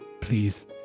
Please